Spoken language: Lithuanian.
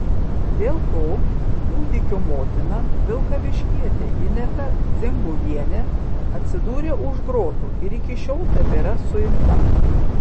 dėl to kūdikio motina vilkaviškietė ineta dzinguvienė atsidūrė už grotų ir iki šiol tebėra suimta